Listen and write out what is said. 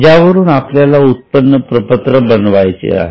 ज्यावरून आपल्याला उत्पन्न प्रपत्र बनवायचे आहे